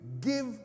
give